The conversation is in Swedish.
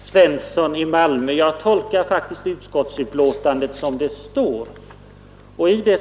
Fru talman! Nej, herr Svensson i Malmö, jag tolkar faktiskt utskottsbetänkandet som det står skrivet.